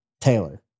Taylor